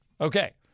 Okay